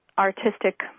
artistic